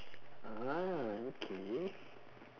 ah okay